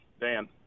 Dan